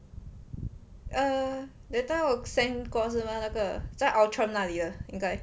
err that time 我 send 过是 mah 那个在 outram 那里的应该